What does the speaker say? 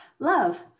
Love